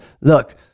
Look